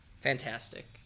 Fantastic